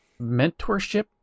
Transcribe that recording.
mentorship